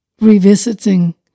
revisiting